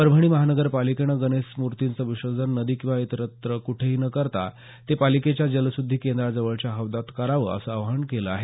परभणी महानगरपालिकेनं गणेश मूर्तींचं विसर्जन नदी किंवा इतरत्र कुठंही न करता ते पालिकेच्या जलशुध्दी केंद्राजवळच्या हौदात करावं असं आवाहन केलं आहे